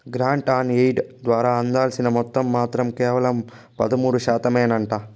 grant on aid ద్వారా అందాల్సిన మొత్తం మాత్రం కేవలం పదమూడు శాతమేనంట